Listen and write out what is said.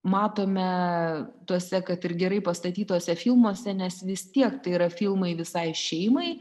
matome tuose kad ir gerai pastatytuose filmuose nes vis tiek tai yra filmai visai šeimai